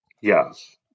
Yes